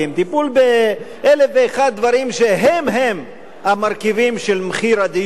הטיפול באלף ואחד דברים שהם-הם המרכיבים של מחיר הדיור,